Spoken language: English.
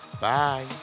Bye